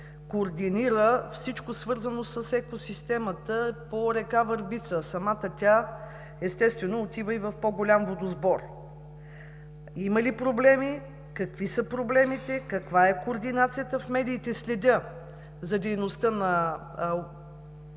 координира всичко свързано с екосистемата по река Върбица, самата тя, естествено, отива и в по-голям водосбор – има ли проблеми, какви са проблемите, каква е координацията? В медиите следя за дейността на